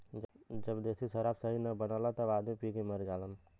जब देशी शराब सही न बनला तब आदमी पी के मर जालन